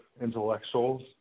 intellectuals